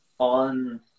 On